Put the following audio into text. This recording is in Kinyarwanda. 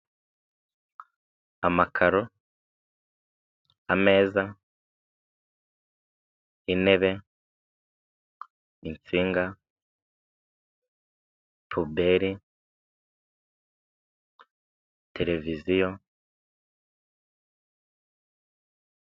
Amakaro, ameza, intebe, insinga, puberi, televiziyo.